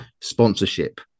sponsorship